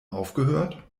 aufgehört